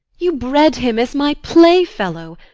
you bred him as my playfellow,